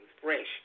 fresh